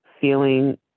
feeling